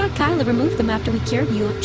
ah keila removed them after we cured you